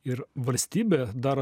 ir valstybė dar